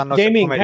gaming